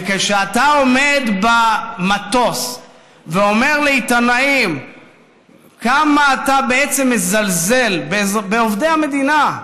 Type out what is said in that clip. וכשאתה עומד במטוס ואומר לעיתונאים כמה אתה בעצם מזלזל בעובדי המדינה,